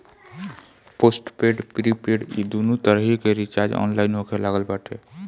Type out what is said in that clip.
postpaid prepaid इ दूनो तरही के रिचार्ज ऑनलाइन होखे लागल बाटे